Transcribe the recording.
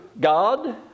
God